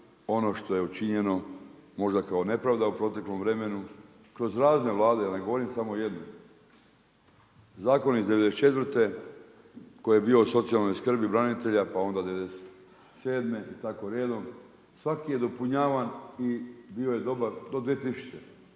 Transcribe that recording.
ono što je učinjeno, možda kao nepravda u proteklom vremenu, kroz razne Vlade jer ne govorim samo o jednoj. Zakon iz '94. koji je bio o socijalnoj skrbi branitelja, pa onda '97. i tako redom, svaki je dopunjavan i bio je dobar do 2000.